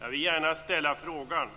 Jag vill gärna ställa frågan: